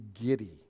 giddy